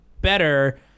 better